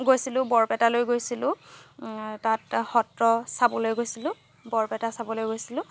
গৈছিলো বৰপেটালৈ গৈছিলো তাত সত্ৰ চাবলৈ গৈছিলো বৰপেটা চাবলৈ গৈছিলো